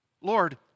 Lord